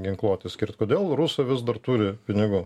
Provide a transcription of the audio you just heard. ginkluotei skirt kodėl rusai vis dar turi pinigų